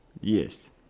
yes